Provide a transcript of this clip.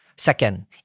Second